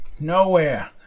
Nowhere